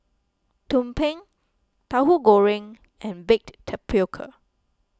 Tumpeng Tahu Goreng and Baked Tapioca